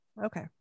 Okay